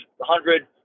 hundred